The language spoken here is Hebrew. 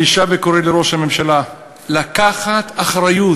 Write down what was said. אני שב וקורא לראש הממשלה לקחת אחריות.